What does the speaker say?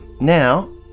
Now